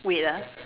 wait ah